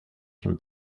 sin